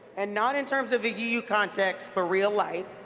and not in terms of the u uconn text, but real life,